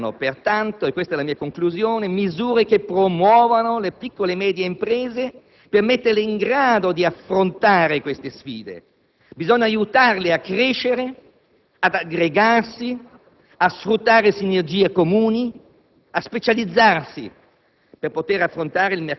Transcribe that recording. Servono pertanto, e questa è la mia conclusione, misure che promuovano le piccole e medie imprese per metterle in grado di affrontare queste sfide; bisogna aiutarle a crescere, ad aggregarsi, a sfruttare sinergie comuni, a specializzarsi